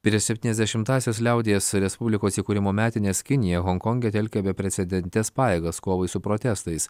prieš septyniasdešimtąsias liaudies respublikos įkūrimo metines kinija honkonge telkia beprecedentes pajėgas kovai su protestais